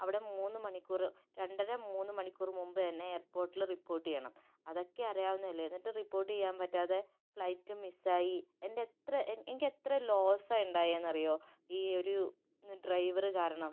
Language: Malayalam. അവിടെ മൂന്ന് മണിക്കൂർ രണ്ടര മൂന്ന് മണിക്കൂർ മുൻപ് തന്നെ എയർപോർട്ടിൽ റിപ്പോർട്ട് ചെയ്യണം അതൊക്കെ അറിയാവുന്നതല്ലേ എന്നിട്ടും റിപ്പോർട്ട് ചെയ്യാൻ പറ്റാതെ ഫ്ലൈറ്റും മിസ്സായി എൻ്റെ എത്ര എനിക്ക് എത്ര ലോസാണ് ഉണ്ടായേന്ന് അറിയാമോ ഈ ഒരു ഡ്രൈവർ കാരണം